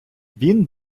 він